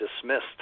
dismissed